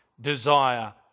desire